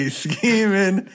scheming